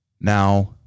now